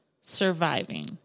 surviving